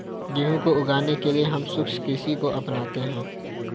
गेहूं को उगाने के लिए हम शुष्क कृषि को अपनाते हैं